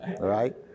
right